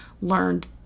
learned